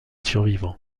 survivants